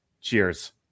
cheers